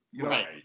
Right